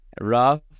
Rough